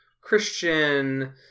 Christian